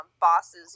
bosses